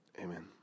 Amen